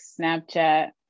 Snapchat